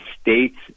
states